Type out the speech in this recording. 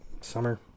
summer